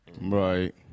Right